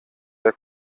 der